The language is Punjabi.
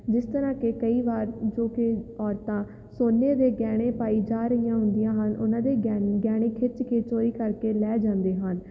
ਜਿਸ ਤਰ੍ਹਾਂ ਕਿ ਕਈ ਵਾਰ ਜੋ ਕਿ ਔਰਤਾਂ ਸੋਨੇ ਦੇ ਗਹਿਣੇ ਪਾਈ ਜਾ ਰਹੀਆਂ ਹੁੰਦੀਆਂ ਹਨ ਉਹਨਾਂ ਦੇ ਗਹਿਣ ਗਹਿਣੇ ਖਿੱਚ ਕੇ ਚੋਰੀ ਕਰਕੇ ਲੈ ਜਾਂਦੇ ਹਨ